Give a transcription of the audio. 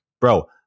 bro